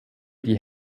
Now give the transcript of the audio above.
die